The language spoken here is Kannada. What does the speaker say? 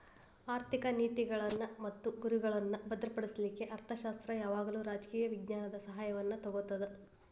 ಆರ್ಥಿಕ ನೇತಿಗಳ್ನ್ ಮತ್ತು ಗುರಿಗಳ್ನಾ ಭದ್ರಪಡಿಸ್ಲಿಕ್ಕೆ ಅರ್ಥಶಾಸ್ತ್ರ ಯಾವಾಗಲೂ ರಾಜಕೇಯ ವಿಜ್ಞಾನದ ಸಹಾಯವನ್ನು ತಗೊತದ